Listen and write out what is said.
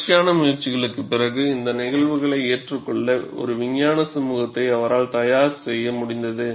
தொடர்ச்சியான முயற்சிக்குப் பிறகு இந்த நிகழ்வுகளை ஏற்றுக்கொள்ள ஒரு விஞ்ஞான சமூகத்தை அவரால் தயார் செய்ய முடிந்தது